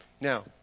Now